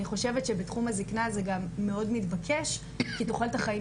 אני חושבת שבתחום הזקנה זה גם מאוד מתבקש כי תוחלת החיים